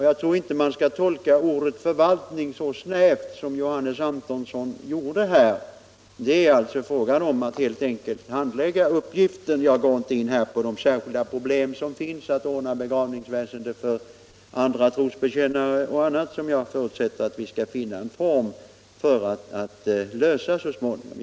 Jag tror inte att man skall tolka ordet ”förvaltning” så snävt som Johannes Antonsson gjorde. Det är alltså helt enkelt fråga om att handlägga uppgiften. Jag går här inte in på de särskilda problem som har att göra med frågan hur man skall ordna begravningsväsendet för t.ex. andra trosbekännare, men jag förutsätter att vi så småningom skall finna någon form av lösning av detta problem.